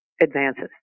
advances